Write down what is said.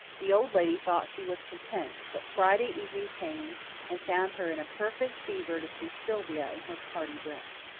the old lady thought she was content but friday evening came and found her in a perfect fever to see sylvia in her party dress.